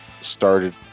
started